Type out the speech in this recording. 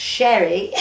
Sherry